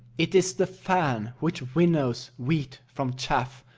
it is the fan which winnows wheat from chaff,